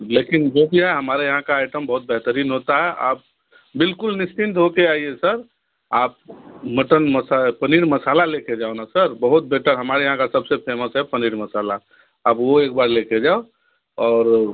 लेकिन जो किया हमारे यहाँ का आइटम बहुत बेहतरीन होता है आप बिल्कुल निश्चिंत हो के आइए सर आप मटन मसा पनीर मसाला ले के जाओ ना सर बहुत बेहतर हमारे यहाँ का सब से फेमस है पनीर मसाला अब वो एक बार ले के जाओ और